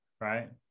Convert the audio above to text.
right